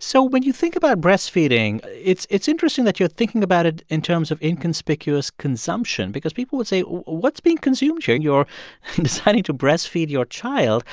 so when you think about breastfeeding, it's it's interesting that you're thinking about it in terms of inconspicuous consumption because people would say what's being consumed here? you're deciding to breastfeed your child.